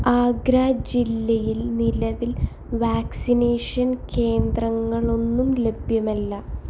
ആഗ്ര ജില്ലയിൽ നിലവിൽ വാക്സിനേഷൻ കേന്ദ്രങ്ങളൊന്നും ലഭ്യമല്ല